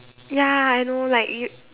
ya I know like you